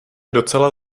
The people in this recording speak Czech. docela